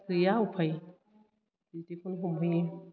गैया उफाय बिदिखौनो हमहैयो